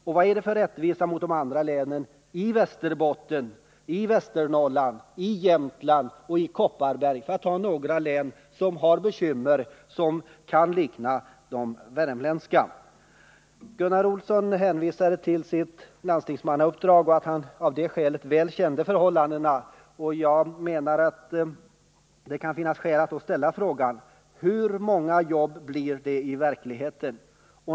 Och vad är det för rättvisa mot de andra länen — Västerbottens län, Västernorrlands län, Jämtlands län och Kopparbergs län, för att ta några län som har bekymmer som kan likna de värmländska bekymren? Gunnar Olsson hänvisade till sitt landstingsmannauppdrag och sade att han av det skälet väl kände förhållandena. Jag menar att det kan vara berättigat att då ställa frågan: Hur många jobb blir det i verkligheten?